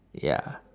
ya